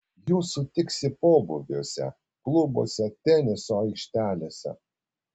jų sutinki pobūviuose klubuose teniso aikštelėse